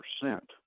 percent